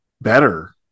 better